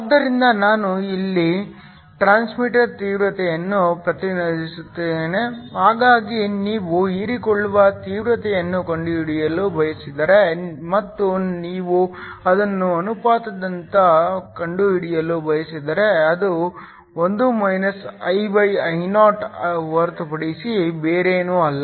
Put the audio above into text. ಆದ್ದರಿಂದ ನಾನು ಇಲ್ಲಿ ಟ್ರಾನ್ಸ್ಮಿಟರ್ ತೀವ್ರತೆಯನ್ನು ಪ್ರತಿನಿಧಿಸುತ್ತೇನೆ ಹಾಗಾಗಿ ನೀವು ಹೀರಿಕೊಳ್ಳುವ ತೀವ್ರತೆಯನ್ನು ಕಂಡುಹಿಡಿಯಲು ಬಯಸಿದರೆ ಮತ್ತು ನೀವು ಅದನ್ನು ಅನುಪಾತದಂತೆ ಕಂಡುಹಿಡಿಯಲು ಬಯಸಿದರೆ ಅದು 1 IIo ಹೊರತುಪಡಿಸಿ ಬೇರೇನೂ ಅಲ್ಲ